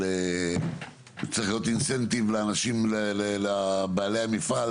שצריך להיות אינסנטיב לבעלי המפעל